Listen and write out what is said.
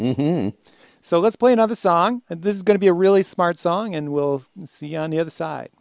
in so let's play another song and this is going to be a really smart song and we'll see on the other side